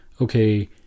okay